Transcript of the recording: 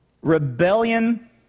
Rebellion